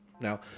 now